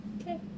Okay